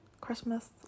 Christmas